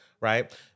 Right